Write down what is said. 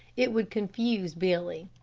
it would confuse billy.